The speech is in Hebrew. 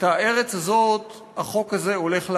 את הארץ הזאת החוק הזה הולך להרוס.